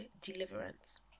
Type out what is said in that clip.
deliverance